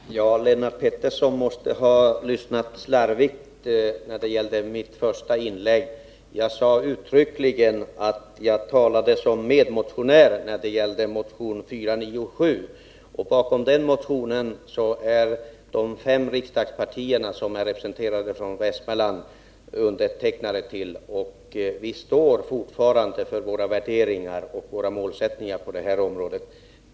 Herr talman! Lennart Pettersson måste ha lyssnat slarvigt till mitt första inlägg. Jag sade uttryckligen att jag talade som medmotionär när det gällde motion 497. Bakom den motionen står representanter för de fem riksdagspartierna i Västmanland. Vi står fortfarande för våra värderingar och målsättningar på detta område.